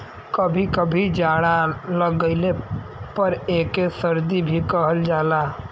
कभी कभी जाड़ा लाग गइले पर एके सर्दी भी कहल जाला